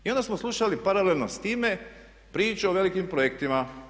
I onda smo slušali paralelno s time priču o velikim projektima.